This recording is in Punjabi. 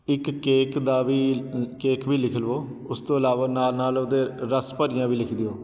ਇੱਕ ਕੇਕ ਦਾ ਵੀ ਕੇਕ ਵੀ ਲਿਖ ਲਵੋ ਉਸ ਤੋਂ ਇਲਾਵਾ ਨਾਲ ਨਾਲ ਉਹਦੇ ਰਸ ਭਰੀਆਂ ਵੀ ਲਿਖ ਦਿਓ